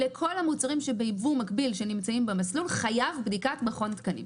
לכל המוצרים שביבוא מקביל שנמצאים במסלול חייבת בדיקת מכון התקנים.